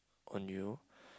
on you